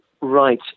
Right